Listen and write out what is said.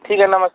ठीक ही नमस